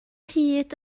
hyd